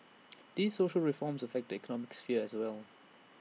these social reforms affect the economic sphere as well